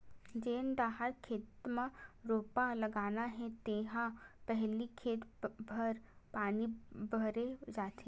जेन डहर खेत म रोपा लगाना हे तिहा पहिली खेत भर पानी भरे जाथे